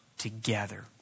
Together